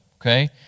Okay